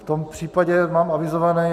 V tom případě mám avizované...